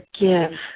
forgive